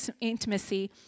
intimacy